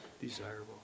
desirable